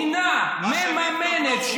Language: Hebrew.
זה הכסף שבעזרתו המדינה מממנת,